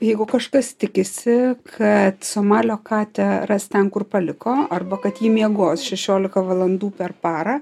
jeigu kažkas tikisi kad somalio katę ras ten kur paliko arba kad ji miegos šešiolika valandų per parą